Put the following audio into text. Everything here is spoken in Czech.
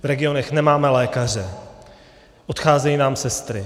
V regionech nemáme lékaře, odcházejí nám sestry.